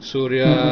Surya